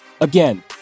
Again